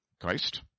Christ